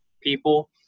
people